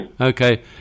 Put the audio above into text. Okay